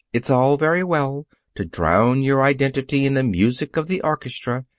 it's all very well to drown your identity in the music of the orchestra,